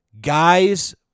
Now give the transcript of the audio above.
Guys